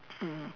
mm